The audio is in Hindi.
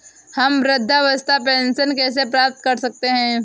हम वृद्धावस्था पेंशन कैसे प्राप्त कर सकते हैं?